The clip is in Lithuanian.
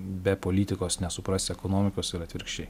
be politikos nesuprasi ekonomikos ir atvirkščiai